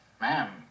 Ma'am